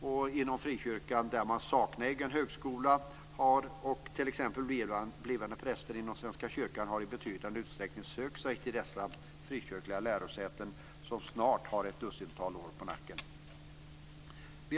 Människor från frikyrkan, där man saknar egen högskola, och blivande präster inom Svenska kyrkan har i betydande utsträckning sökt sig till dessa frikyrkliga lärosäten, som snart har ett dussintal år på nacken.